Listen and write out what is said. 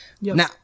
Now